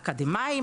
אקדמאים,